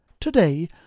Today